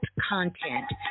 content